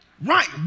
Right